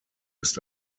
ist